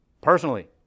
personally